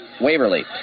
Waverly